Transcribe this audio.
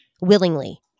Willingly